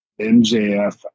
MJF